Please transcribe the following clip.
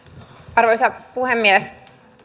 arvoisa puhemies